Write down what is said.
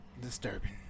disturbing